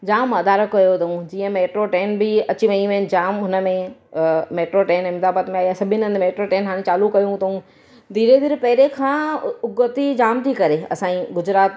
जाम वधारो कयो अथऊं जीअं मेट्रो ट्रेन बि अची वियूं आहिनि जाम हुनमें अ मेट्रो ट्रेन अहमदाबाद में आई आहे सभिनि हंधि मेट्रो ट्रेन हाणे चालू कयूं अथऊं धीरे धीरे पहिरें खां उगती जाम थी करे असाजी गुजरात